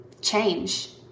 change